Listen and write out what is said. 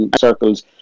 circles